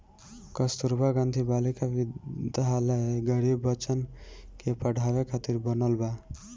कस्तूरबा गांधी बालिका विद्यालय गरीब बच्चन के पढ़ावे खातिर बनल बा